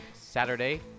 Saturday